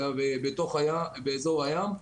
אלא באזור הים,